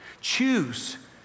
Choose